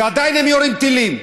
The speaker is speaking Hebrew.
ועדיין הם יורים טילים,